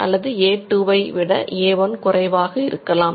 அல்லது A2 ஐ விட A1 குறைவாக இருக்கலாம்